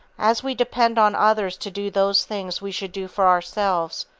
as we depend on others to do those things we should do for ourselves,